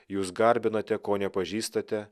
jūs garbinate ko nepažįstate